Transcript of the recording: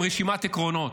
עם רשימת עקרונות.